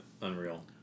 unreal